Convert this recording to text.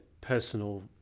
personal